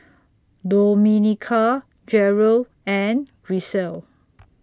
Domenica Jerel and Grisel